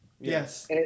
Yes